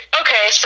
okay